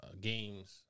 games